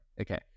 Okay